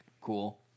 cool